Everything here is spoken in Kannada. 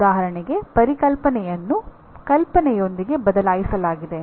ಉದಾಹರಣೆಗೆ ಪರಿಕಲ್ಪನೆಯನ್ನು ಕಲ್ಪನೆಯೊಂದಿಗೆ ಬದಲಾಯಿಸಲಾಗಿದೆ